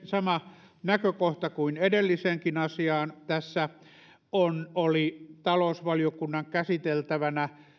sama näkökohta kuin edelliseenkin asiaan tässä oli talousvaliokunnan käsiteltävänä